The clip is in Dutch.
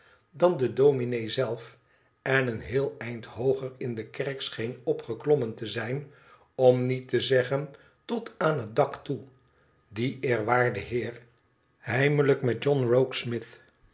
dan de dominé zelf en een heel eind hooger in de kerk scheen opgeklommen te zijn om niet te zeggen tot aan het dak toe die eerwaarde heer heimelijk met john